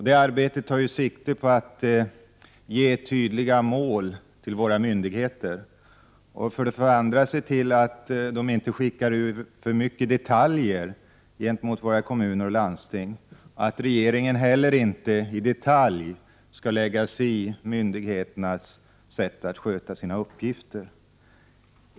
Det arbetet tar sikte på att ange tydliga mål för våra myndigheter, att se till att myndigheterna inte skickar ut för mycket detaljföreskrifter gentemot kommuner och landsting och att regeringen heiler inte i detalj skall lägga sig i myndigheternas sätt att sköta sina uppgifter.